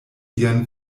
sian